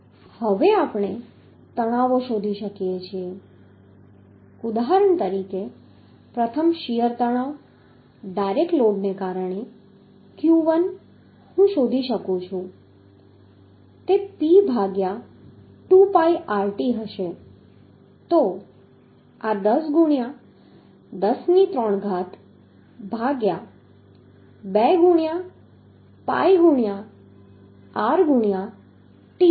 હવે આપણે તણાવો શોધી શકીએ છીએ ઉદાહરણ તરીકે પ્રથમ શીયર તણાવ ડાયરેક્ટ લોડને કારણે q1 હું શોધી શકું છું કે P ભાગ્યા 2 pi rt હશે તો આ 10 ગુણ્યા 10 ની 3 ઘાત ભાગ્યા 2 ગુણ્યા pi ગુણ્યા r ગુણ્યા t હશે